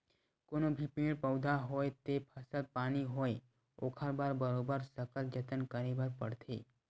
कोनो भी पेड़ पउधा होवय ते फसल पानी होवय ओखर बर बरोबर सकल जतन करे बर परथे